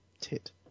tit